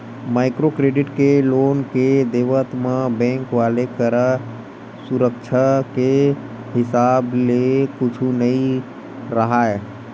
micro credit के loan के देवत म बेंक वाले करा सुरक्छा के हिसाब ले कुछु नइ राहय